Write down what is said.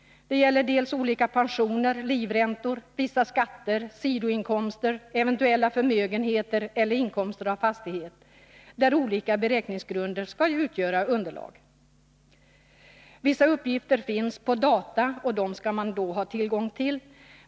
Det gäller olika pensioner, livräntor, vissa skatter, sidoinkomster, eventuella förmögenheter och inkomster av fastighet, där olika beräkningsgrunder skall utgöra underlag. Vissa uppgifter finns på data, och dem skall man ha tillgång till.